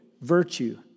virtue